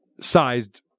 sized